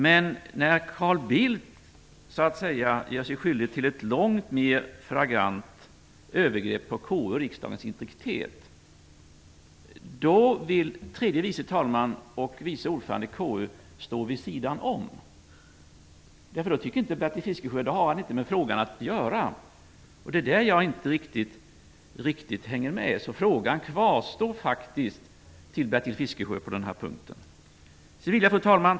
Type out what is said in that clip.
Men när Carl Bildt så att säga gör sig skyldig till ett långt mer flagrant övergrepp på KU och riksdagens integritet, vill tredje vice talmannen och vice ordföranden i KU stå vid sidan om. Då tycker Bertil Fiskesjö att han inte har med frågan att göra. Det är i detta som jag inte riktigt hänger med, så frågan till Bertil Fiskesjö om skillnaden kvarstår faktiskt. Fru talman!